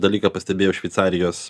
dalyką pastebėjo šveicarijos